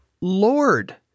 Lord